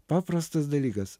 paprastas dalykas